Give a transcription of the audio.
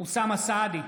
אוסאמה סעדי,